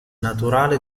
naturale